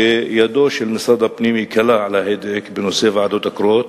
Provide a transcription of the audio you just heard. וידו של משרד הפנים קלה על ההדק בנושא ועדות קרואות,